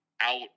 out